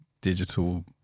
digital